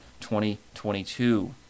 2022